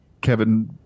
Kevin